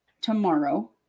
tomorrow